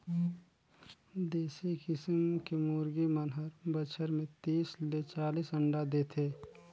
देसी किसम के मुरगी मन हर बच्छर में तीस ले चालीस अंडा देथे